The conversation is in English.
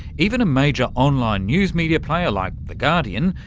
even a major online news media player like the guardian,